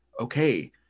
okay